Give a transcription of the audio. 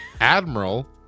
Admiral